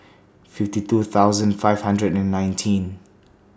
fifty two thousand five hundred and nineteen